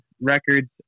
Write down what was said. records